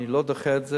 אני לא דוחה את זה.